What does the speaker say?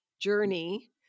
journey